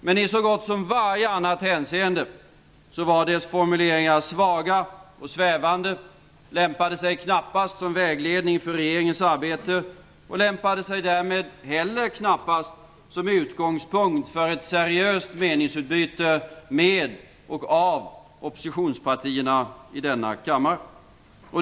Men i så gott som varje annat hänseende var dess formuleringar svaga och svävande. De lämpade sig knappast som vägledning för regeringens arbete, och de lämpade sig därmed knappast heller som utgångspunkt för ett seriöst meningsutbyte med oppositionspartierna i denna kammare.